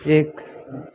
एक